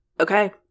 okay